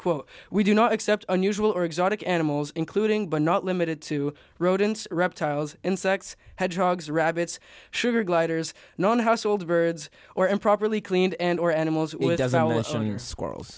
quote we do not accept unusual or exotic animals including but not limited to rodents reptiles insects hedgehogs rabbits sugar gliders none household birds or improperly cleaned and or animals squirrels